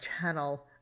channel